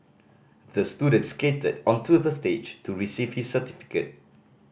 the student skated onto the stage to receive his certificate